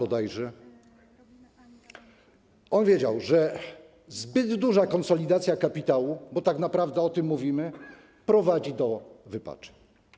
On wiedział, że zbyt duża konsolidacja kapitału, bo tak naprawdę o tym mówimy, prowadzi do wypaczeń.